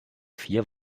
vier